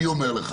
אני אומר לך